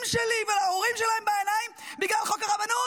שלי ולהורים שלהם בעיניים בגלל חוק הרבנות?